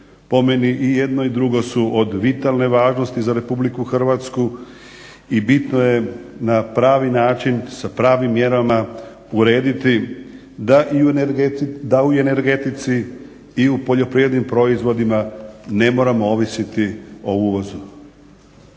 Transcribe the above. Po meni i jedno i drugo su od vitalne važnosti za RH i bitno je na pravi način sa pravim mjerama urediti da i u energetici i u poljoprivrednim proizvodima ne moramo ovisiti o uvozu.